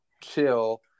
chill